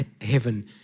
heaven